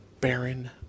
Baron